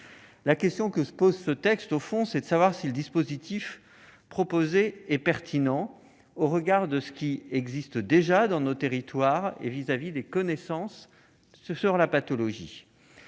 La question que pose ce texte est la suivante : le dispositif proposé est-il pertinent au regard de ce qui existe déjà dans nos territoires et de l'état des connaissances sur la pathologie